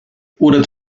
oder